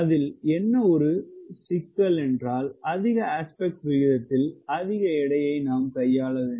அதில் என்ன ஒரு சிக்கல் என்றால் அதிக அஸ்பெக்ட் விகிதத்தில் அதிக எடையை நாம் கையாளவேண்டும்